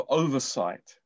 oversight